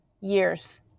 years